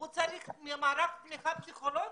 הוא צריך מערך תמיכה פסיכולוגית.